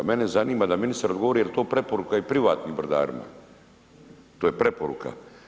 Mene zanima da ministar govori jel to preporuka i privatnim brodarima, to je preporuka.